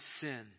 sin